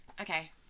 okay